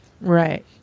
Right